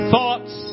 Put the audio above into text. Thoughts